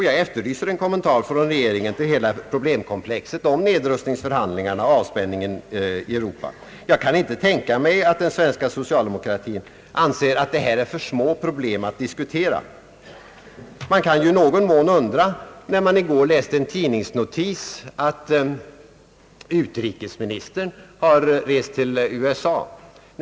Jag efterlyser en kommentar från regeringen till hela problemkomplexet om nedrustningsförhandlingarna och avspänningen i Europa. Jag kan inte tänka mig att den svenska socialdemokratin anser att dessa problem är för små att diskutera. Man kan ju i någon mån undra, eftersom man i går kunde läsa i en tidningsnotis att utrikesministern har rest till USA.